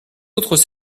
autres